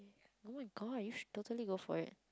oh-my-god you should totally go for it